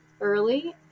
early